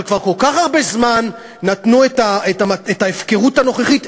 אבל כבר כל כך הרבה זמן נתנו את ההפקרות הנוכחית,